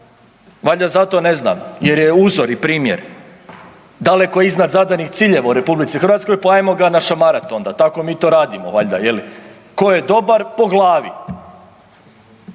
Valjda zato, ne znam, jer je uzor i primjer. Daleko iznad zadanih ciljeva u RH pa ajmo ga našamarati onda, tako mi to radimo valjda, je li? Tko je dobar po glavi.